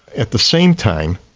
at the same time,